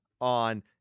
on